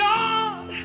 God